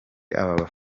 aba